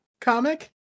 comic